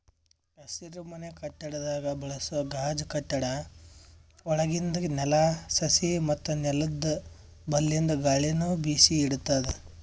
ಹಸಿರುಮನೆ ಕಟ್ಟಡದಾಗ್ ಬಳಸೋ ಗಾಜ್ ಕಟ್ಟಡ ಒಳಗಿಂದ್ ನೆಲ, ಸಸಿ ಮತ್ತ್ ನೆಲ್ದ ಬಲ್ಲಿಂದ್ ಗಾಳಿನು ಬಿಸಿ ಇಡ್ತದ್